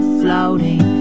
floating